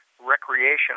recreation